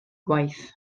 gwaith